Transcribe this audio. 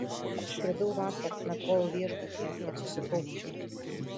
atskridau vakar nakvojau viešbutyje kad susikaupčiau